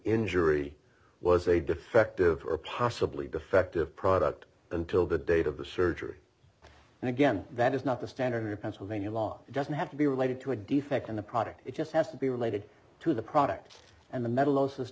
injury was a defective or possibly defective product until the date of the surgery and again that is not the standard in pennsylvania law doesn't have to be related to a defect in the product it just has to be related to the product and the metal osis